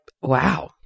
wow